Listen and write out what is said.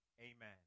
amen